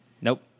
Nope